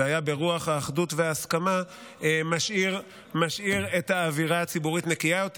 וברוח האחדות וההסכמה היה משאיר את האווירה הציבורית נקייה יותר.